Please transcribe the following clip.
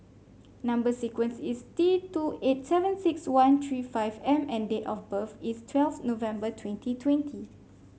number sequence is T two eight seven six one three five M and date of birth is twelve November twenty twenty